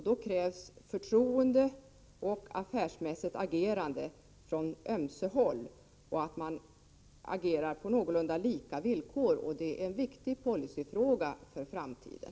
Då krävs förtroende och affärsmässigt agerande från ömse håll, och det fordras att man agerar på någorlunda lika villkor. Det är en viktig policyfråga för framtiden.